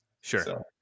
Sure